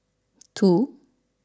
two